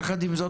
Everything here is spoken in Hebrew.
יחד עם זאת,